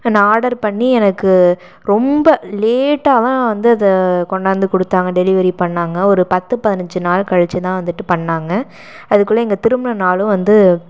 நான் ஆர்டர் பண்ணி எனக்கு ரொம்ப லேட்டாக தான் வந்து அது கொண்டாந்து கொடுத்தாங்க டெலிவெரி பண்ணிணாங்க ஒரு பத்து பதினஞ்சு நாள் கழித்துதான் வந்துட்டு பண்ணாங்க அதுக்குள்ளே எங்கள் திருமண நாளும் வந்து